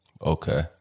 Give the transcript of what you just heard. Okay